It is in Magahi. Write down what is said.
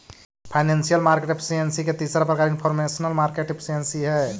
फाइनेंशियल मार्केट एफिशिएंसी के तीसरा प्रकार इनफॉरमेशनल मार्केट एफिशिएंसी हइ